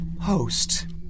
host